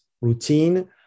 routine